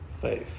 faith